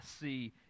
see